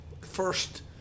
first